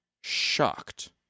shocked